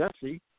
Jessie